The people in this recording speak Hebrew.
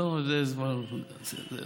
טוב, זו